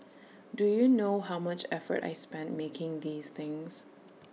do you know how much effort I spent making these things